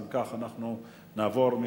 אם כך, אנחנו נעבור להצבעה.